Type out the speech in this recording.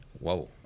Whoa